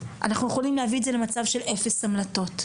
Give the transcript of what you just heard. אנחנו יכולים להביא את זה למצב של אפס המלטות.